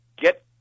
get